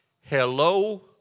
Hello